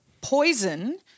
Poison